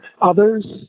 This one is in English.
others